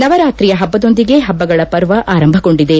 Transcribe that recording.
ನವರಾತ್ರಿಯ ಹಬ್ಬದೊಂದಿಗೆ ಹಬ್ಬಗಳ ಪರ್ವ ಆರಂಭಗೊಂಡಿದೆ